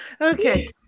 Okay